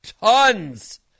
tons